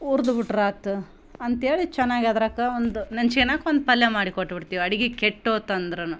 ಹುರ್ದು ಬಿಟ್ರಾತು ಅಂತೇಳಿ ಚೆನ್ನಾಗಿ ಅದಕ್ಕ ಒಂದು ನೆನ್ಚ್ಕ್ಯನಾಕ ಒಂದು ಪಲ್ಯ ಮಾಡಿ ಕೊಟ್ಬಿಡ್ತೀವಿ ಅಡ್ಗೆ ಕೆಟ್ಟು ಹೋತು ಅಂದ್ರೂ